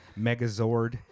megazord